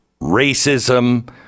racism